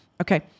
Okay